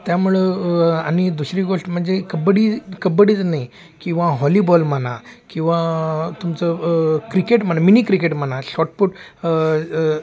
त्यामुळं आणि दुसरी गोष्ट म्हणजे कब्बडी कब्बडीच नाही किंवा हॉलीबॉल म्हणा किंवा तुमचं क्रिकेट म्हणा मिनी क्रिकेट म्हणा शॉर्टपुट